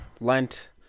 Lent